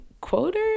quoter